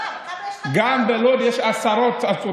לא, כמה יש בלוד?